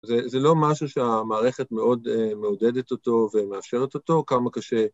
זה לא משהו שהמערכת מאוד מעודדת אותו ומאפשרת אותו, כמה קשה.